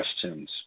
questions